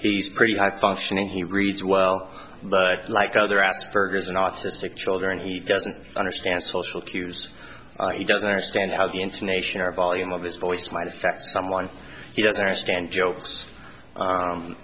he's pretty high functioning he reads well but like other asperger's and autistic children he doesn't understand social cues he doesn't understand how the intonation our volume of his voice might affect someone he doesn't understand jokes